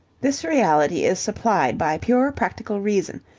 this reality is supplied by pure practical reason,